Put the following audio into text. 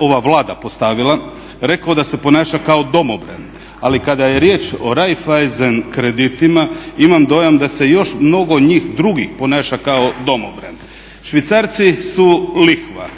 ova Vlada postavila rekao da se ponaša kao domobran ali kada je riječ o Raiffeisen kreditima imam dojam da se i još mnogo njih drugih ponaša kao domobran. Švicarski su lihvar,